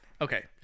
Okay